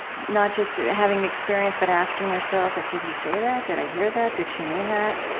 not just having the experience, but asking yourself, like did he say that? did i hear that? did she mean that?